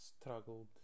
struggled